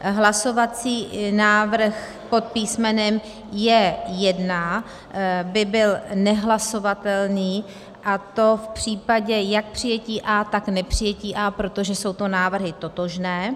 Hlasovací návrh pod písmenem J1 by byl nehlasovatelný jak v případě přijetí A, tak nepřijetí A, protože jsou to návrhy totožné.